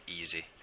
easy